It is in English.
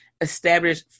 establish